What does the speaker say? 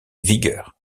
vigueur